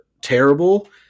terrible